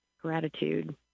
gratitude